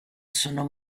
sono